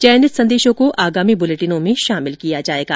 चयनित संदेशों को आगामी बुलेटिनों में शामिल किया जाएगा